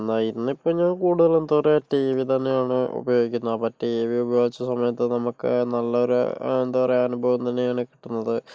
എന്നാ ഇന്നിപ്പം ഞാൻ കുടുതലും എന്ത് പറയുക ടിവി തന്നെയാണ് ഉപയോഗിക്കുന്നത് മറ്റെ ടിവി ഉപയോഗിച്ച സമയത്ത് നമുക്ക് നല്ല ഒര് എന്താ പറയുക അനുഭവം തന്നെയാണ് കിട്ടുന്നത്